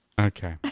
Okay